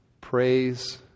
Praise